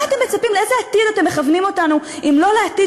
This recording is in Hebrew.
לאיזה עתיד אתם מכוונים אותנו אם לא לעתיד